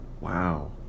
wow